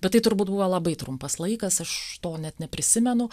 bet tai turbūt buvo labai trumpas laikas aš to net neprisimenu